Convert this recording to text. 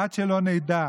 עד שלא נדע